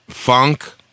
Funk